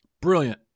Brilliant